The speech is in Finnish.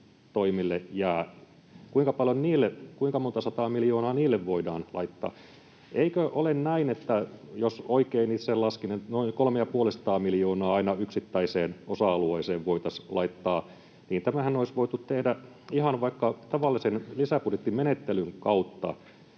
toimille jää, kuinka monta sataa miljoonaa niille voidaan laittaa. Eikö ole näin — jos itse laskin oikein, niin noin kolme‑ ja puolisataa miljoonaa aina yksittäiseen osa-alueeseen voitaisiin laittaa — että tämähän olisi voitu tehdä ihan vaikka tavallisen lisäbudjettimenettelyn kautta,